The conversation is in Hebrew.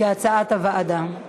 כהצעת הוועדה.